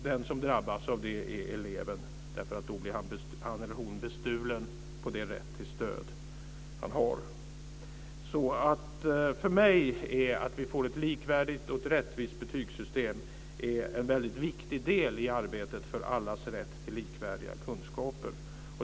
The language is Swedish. Den som drabbas av det är eleven eftersom eleven blir bestulen på den rätt till stöd som han eller hon har. Att vi får ett likvärdigt och rättvist betygssystem är för mig en mycket viktig del i arbetet för allas rätt till likvärdiga kunskaper.